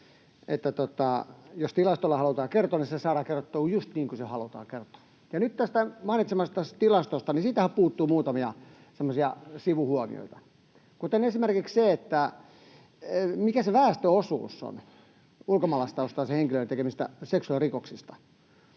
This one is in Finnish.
jos tilastolla halutaan kertoa, niin se saadaan kerrottua just niin kuin se halutaan kertoa. Ja nythän tästä mainitsemastasi tilastosta puuttuu muutamia semmoisia sivuhuomioita, kuten esimerkiksi se, mikä se väestöosuus on ulkomaalaistaustaisten henkilöiden tekemissä seksuaalirikoksissa.